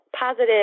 positive